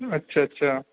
اچھا اچھا